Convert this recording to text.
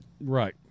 right